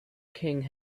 king